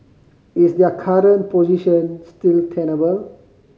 is their current position still tenable